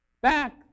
back